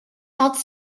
had